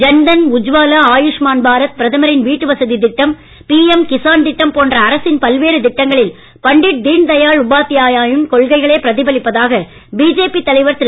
ஜன்தன் உஜ்வாலாஆயுஷ்மான் பாரத் பிரதமரின் வீட்டு வசதி திட்டம் பிஎம் கிஸான் திட்டம் போன்ற அரசின் பல்வேறு திட்டங்களில் பண்டிட் தீன்தயாள் உபாத்யாயாவின் கொள்கைகளே பிரதிபலிப்பதாக பிஜேபி தலைவர் திரு